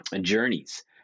journeys